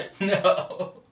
No